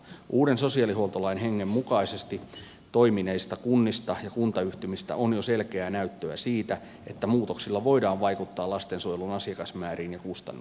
uuden sosiaalihuoltolain hengen mukaisesti toimineista kunnista ja kuntayhtymistä on jo selkeää näyttöä siitä että muutoksilla voidaan vaikuttaa lastensuojelun asiakasmääriin ja kustannuksiin